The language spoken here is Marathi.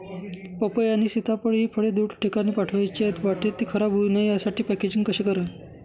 पपई आणि सीताफळ हि फळे दूर ठिकाणी पाठवायची आहेत, वाटेत ति खराब होऊ नये यासाठी पॅकेजिंग कसे करावे?